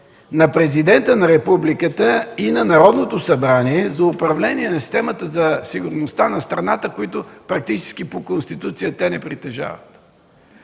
на Президента на Републиката и на Народното събрание за управление на системата за сигурността на страната, които практически, по Конституция те не притежават.